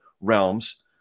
realms